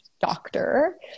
doctor